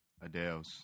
Adele's